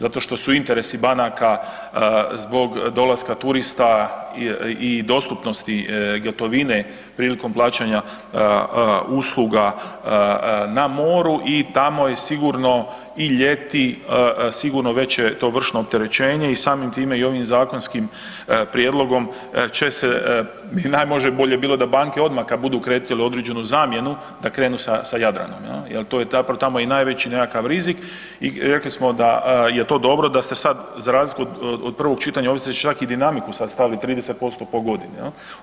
Zato što su interesi banaka zbog dolaska turista i dostupnosti gotovine prilikom plaćanja usluga na moru i tamo je sigurno i ljeti sigurno veće to vršno opterećenje i samim time i ovim zakonskim prijedlogom će se i možda bi najbolje bilo da banke odmah kad budu krenule u određenu zamjenu da krenu sa, sa Jadranom jel, jel to je zapravo tamo i najveći nekakav rizik i rekli smo da je to dobro da ste sad za razliku od prvog čitanja ovdje ste čak i dinamiku sad stavili 30% po godini jel.